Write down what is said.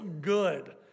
good